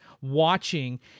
watching –